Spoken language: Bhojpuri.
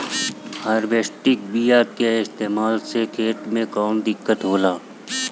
हाइब्रिड बीया के इस्तेमाल से खेत में कौन दिकत होलाऽ?